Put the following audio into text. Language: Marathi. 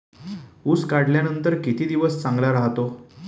ऊस काढल्यानंतर किती दिवस चांगला राहतो?